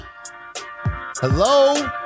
Hello